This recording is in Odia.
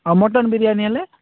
ହଁ ମଟନ ବିରିୟାନୀ ହେଲେ